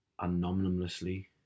anonymously